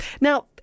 Now